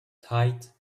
tight